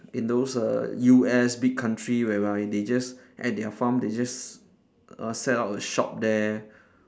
in those err U_S big country whereby they just at their farm they just err set up a shop there